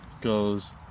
goes